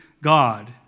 God